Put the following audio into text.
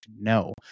No